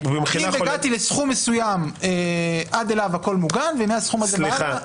הגעתי לסכום מסוים עד אליו הכול מוגן; ומהסכום הזה והלאה לא.